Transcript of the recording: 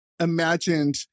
imagined